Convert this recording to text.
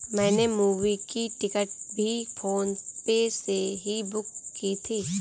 मैंने मूवी की टिकट भी फोन पे से ही बुक की थी